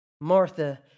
Martha